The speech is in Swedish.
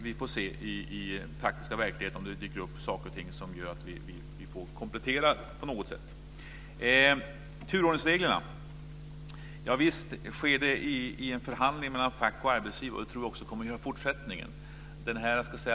Vi får se i den praktiska verkligheten om det dyker upp saker och ting som gör att vi får komplettera på något sätt. Visst sker det en förhandling mellan fack och arbetsgivare om undantag i turordningsreglerna, och jag tror att det kommer att göra det även i fortsättningen.